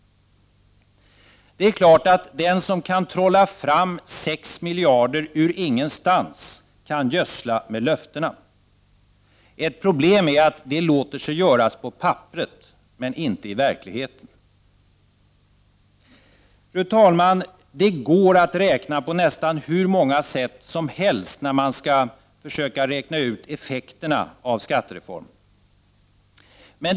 Det är klart att den som kan trolla fram 6 miljarder kronor ur ingenstans kan gödsla med löften. Ett problem är att det låter sig göras på papperet, men inte i verkligheten. Fru talman! Det går att räkna på nästan hur många sätt som helst när man skall försöka räkna ut effekterna av skattereformen.